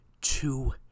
two